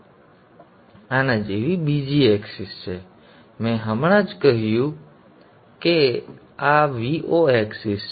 હવે મેં હમણાં જ કહ્યું સંદર્ભ સમય 1207 અહીં મેં હમણાં જ કહ્યું કે આ Vo એક્સિસ છે